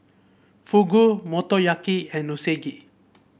Fugu Motoyaki and Unagi